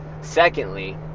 Secondly